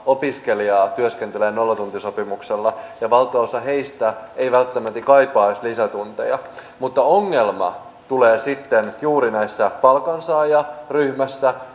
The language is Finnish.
opiskelijaa työskentelee nollatuntisopimuksella ja valtaosa heistä ei välttämättä kaipaa edes lisätunteja mutta ongelma tulee sitten juuri palkansaajaryhmässä